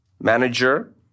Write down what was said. manager